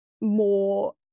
more